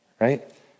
right